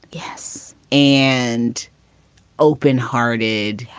yes. and open hearted.